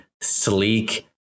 sleek